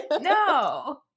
No